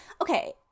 okay